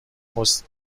حسن